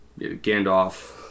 Gandalf